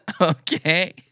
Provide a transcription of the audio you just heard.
Okay